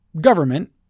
government